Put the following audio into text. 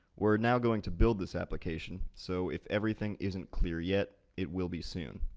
we're now going to build this application, so if everything isn't clear yet, it will be soon.